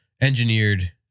engineered